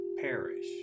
perish